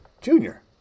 Junior